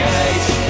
age